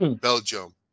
belgium